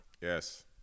Yes